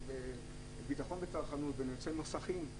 ביטחון בצרכנות בנושא מוסכים,